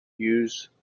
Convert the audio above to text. use